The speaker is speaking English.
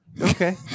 Okay